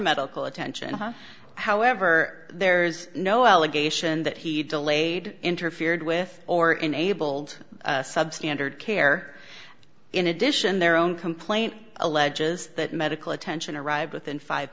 medical attention however there's no allegation that he delayed interfered with or enabled substandard care in addition their own complaint alleges that medical attention arrived within five